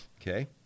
Okay